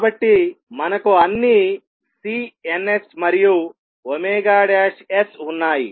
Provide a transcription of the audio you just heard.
కాబట్టి మనకు అన్ని C ns మరియు s ఉన్నాయి